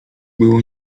było